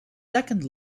second